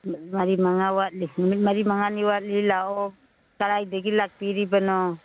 ꯃꯔꯤ ꯃꯉꯥ ꯋꯥꯠꯂꯤ ꯅꯨꯃꯤꯠ ꯃꯔꯤ ꯃꯉꯥꯅꯤ ꯋꯥꯠꯂꯤ ꯂꯥꯛꯑꯣ ꯀꯔꯥꯏꯗꯒꯤ ꯂꯥꯛꯄꯤꯔꯤꯕꯅꯣ